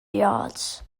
yards